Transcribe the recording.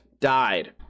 died